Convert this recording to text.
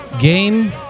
Game